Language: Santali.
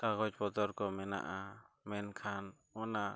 ᱠᱟᱜᱚᱡᱽᱼᱯᱚᱛᱛᱚᱨ ᱠᱚ ᱢᱮᱱᱟᱜᱼᱟ ᱢᱮᱱᱠᱷᱟᱱ ᱚᱱᱟ